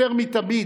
יותר מתמיד,